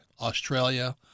Australia